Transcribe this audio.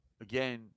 again